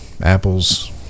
apples